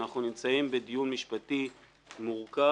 אנחנו נמצאים בדיון משפטי מורכב,